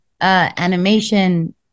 animation